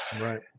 Right